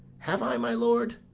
have i, my lord?